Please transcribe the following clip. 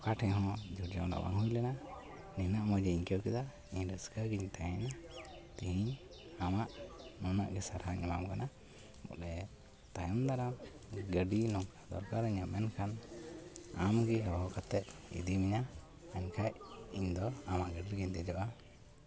ᱚᱠᱟ ᱴᱷᱮᱡ ᱦᱚᱸ ᱡᱷᱩᱴ ᱡᱷᱟᱢᱮᱞᱟ ᱵᱟᱝ ᱦᱩᱭ ᱞᱮᱱᱟ ᱱᱤᱱᱟᱹᱜ ᱢᱚᱡᱽ ᱤᱧ ᱟᱹᱭᱠᱟᱹᱣ ᱠᱮᱫᱟ ᱤᱧ ᱨᱟᱹᱥᱠᱟᱹ ᱜᱤᱧ ᱛᱟᱦᱮᱭᱱᱟ ᱛᱮᱦᱮᱧ ᱟᱢᱟᱜ ᱱᱩᱱᱟᱹᱜ ᱜᱮ ᱥᱟᱨᱦᱟᱣ ᱤᱧ ᱮᱢᱟᱢ ᱠᱟᱱᱟ ᱵᱚᱞᱮ ᱛᱟᱭᱚᱢ ᱫᱟᱨᱟᱢ ᱜᱟᱹᱰᱤ ᱫᱚᱨᱠᱟᱨ ᱤᱧᱟᱹ ᱢᱮᱱᱠᱷᱟᱱ ᱟᱢᱜᱮ ᱦᱚᱦᱚ ᱠᱟᱛᱮᱫ ᱤᱫᱤ ᱢᱮᱭᱟ ᱮᱱᱠᱷᱟᱡ ᱤᱧᱫᱚ ᱟᱢᱟᱜ ᱜᱟᱹᱰᱤ ᱨᱮᱜᱮᱧ ᱫᱮᱡᱚᱜᱼᱟ